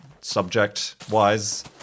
subject-wise